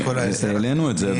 אדוני, העלינו את זה.